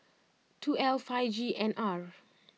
two L five G N R